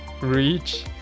reach